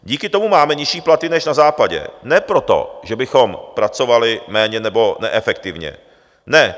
Díky tomu máme nižší platy než na Západě ne proto, že bychom pracovali méně nebo neefektivně, ne.